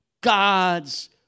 God's